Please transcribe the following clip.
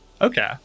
Okay